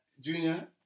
Junior